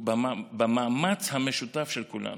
במאמץ המשותף של כולנו.